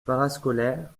parascolaire